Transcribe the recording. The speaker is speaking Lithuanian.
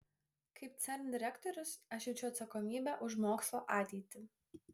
kaip cern direktorius aš jaučiu atsakomybę už mokslo ateitį